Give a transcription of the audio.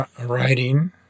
Writing